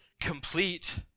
complete